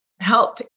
help